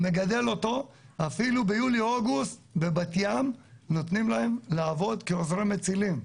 מגדל אותו אפילו ביולי-אוגוסט בבת-ים נותנים להם לעבוד כעוזרי מצילים.